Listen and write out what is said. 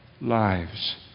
lives